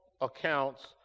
accounts